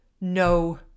no